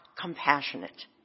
compassionate